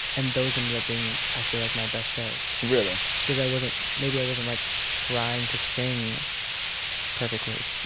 and those ended up being, i feel like, my best shows really. because i wasn't maybe i wasn't, like trying to sing perfectly,